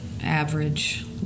average